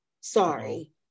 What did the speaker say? sorry